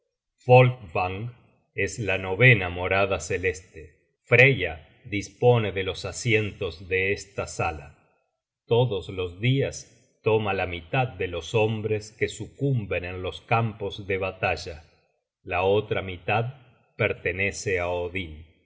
es la novena morada celeste freya dispone de los asientos de esta sala todos los dias toma la mitad de los hombres que sucumben en los campos de batalla la otra mitad pertenece á odin